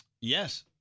Yes